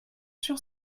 sur